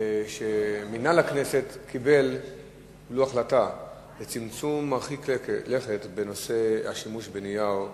מינהל הכנסת קיבל החלטה על צמצום מרחיק לכת בנושא השימוש בנייר,